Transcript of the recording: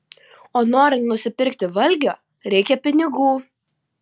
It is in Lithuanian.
o norint nusipirkti valgio reikia pinigų